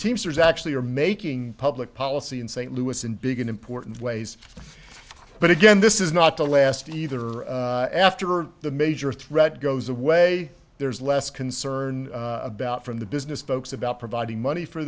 teamsters actually are making public policy in st louis in big important ways but again this is not the last either after the major threat goes away there's less concern about from the business folks about providing money for